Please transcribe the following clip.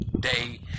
day